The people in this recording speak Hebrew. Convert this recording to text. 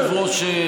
היושב-ראש,